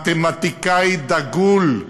הוא מתמטיקאי דגול,